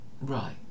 right